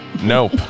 Nope